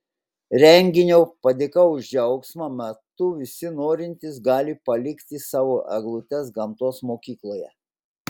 renginio padėka už džiaugsmą metu visi norintys gali palikti savo eglutes gamtos mokykloje